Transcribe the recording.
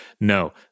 No